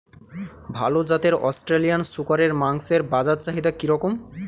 ভাল জাতের অস্ট্রেলিয়ান শূকরের মাংসের বাজার চাহিদা কি রকম?